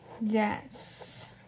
Yes